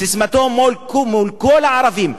ססמתו מול כל הערבים: